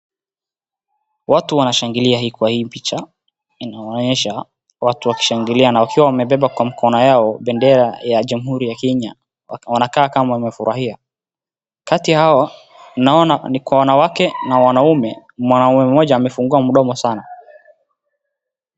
Watu wanashangilia kwa hii picha, inaonyesha watu wakishangilia wakiwa wamebeba kwa mikono yao bendera ya jamuhuri ya Kenya. Wanakaa kama wamefurahia. Kati yao, naona ni kwa wanawake na wanaume. Mwanaume mmoja amefungua mdomo sana.